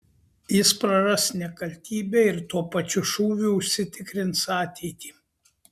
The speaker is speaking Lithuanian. jis praras nekaltybę ir tuo pačiu šūviu užsitikrins ateitį